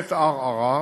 צומת ערערה,